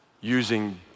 using